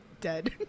dead